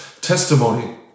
Testimony